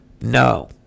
No